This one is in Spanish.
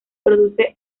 produce